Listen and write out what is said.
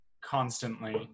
constantly